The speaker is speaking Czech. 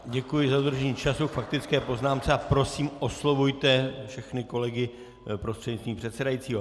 Děkuji za dodržení času k faktické poznámce a prosím, oslovujte všechny kolegy prostřednictvím předsedajícího.